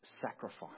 sacrifice